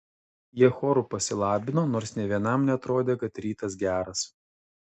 jie choru pasilabino nors nė vienam neatrodė kad rytas geras